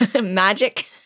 Magic